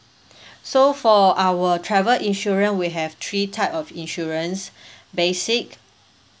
so for our travel insurance we have three type of insurance basic